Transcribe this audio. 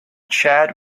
chad